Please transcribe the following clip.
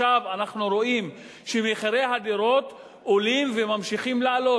עכשיו אנחנו רואים שמחירי הדירות עולים וממשיכים לעלות.